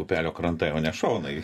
upelio krantai o ne šonai